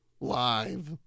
Live